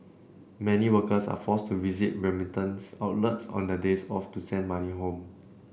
many workers are forced to visit remittance outlets on their days off to send money home